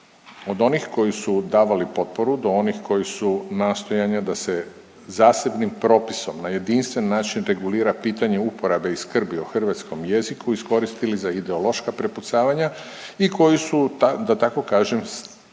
Od onih koji su davali potporu do onih koji su nastojanja da se zasebnim propisom na jedinstven način regulira pitanje uporabe i skrbi o hrvatskom jeziku iskoristili za ideološka prepucavanja i koji su, da tako kažem,